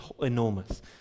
enormous